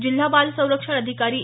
जिल्हा बाल संरक्षण अधिकारी ए